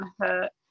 hurt